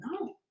No